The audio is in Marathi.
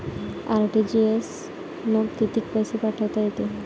आर.टी.जी.एस न कितीक पैसे पाठवता येते?